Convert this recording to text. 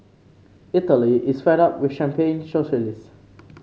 Italy is fed up with champagne socialist